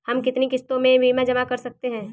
हम कितनी किश्तों में बीमा जमा कर सकते हैं?